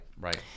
right